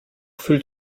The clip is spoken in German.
fühlt